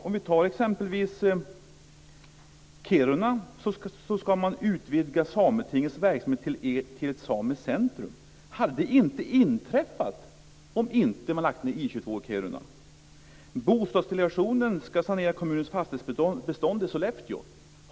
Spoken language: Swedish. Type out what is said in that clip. Om vi tar exempelvis Kiruna, ska Sametingets verksamhet utvidgas till ett samiskt centrum. Hade det inte inträffat om man inte lagt ned I 22 i Kiruna? Bostadsdelegationen ska sanera kommunens fastighetsbestånd i Sollefteå.